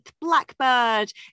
Blackbird